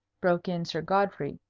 broke in sir godfrey,